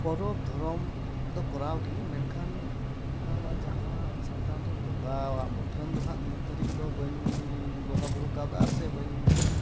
ᱯᱚᱨᱚᱵᱽ ᱫᱷᱚᱨᱚᱢ ᱫᱚ ᱠᱚᱨᱟᱣᱜᱮ ᱢᱮᱱᱠᱷᱟᱱ ᱡᱟᱦᱟᱸ ᱥᱟᱱᱛᱟᱞ ᱨᱮᱱ ᱵᱚᱸᱜᱟᱣᱟᱜ ᱢᱩᱴᱷᱟᱹᱱ ᱫᱚ ᱦᱟᱸᱜ ᱱᱤᱛ ᱫᱷᱟᱹᱨᱤᱡ ᱫᱚ ᱵᱟᱹᱧ ᱵᱚᱸᱜᱟ ᱵᱩᱨᱩ ᱠᱟᱣᱫᱟ ᱟᱨᱥᱮ ᱵᱟᱹᱧ